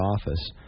office